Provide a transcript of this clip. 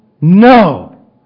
no